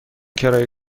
کرایه